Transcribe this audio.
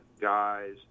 guys